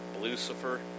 Lucifer